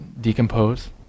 decompose